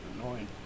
annoying